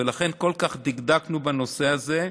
ולכן כל כך דקדקנו בנושא הזה.